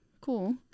cool